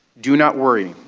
do not worry.